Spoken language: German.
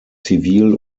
zivil